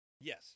Yes